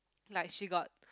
like she got